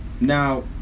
Now